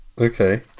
Okay